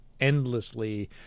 endlessly